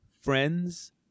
Friends